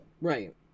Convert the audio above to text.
Right